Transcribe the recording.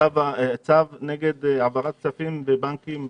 צו נגד העברת כספים בבנקים ברשות.